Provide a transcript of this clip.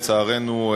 לצערנו,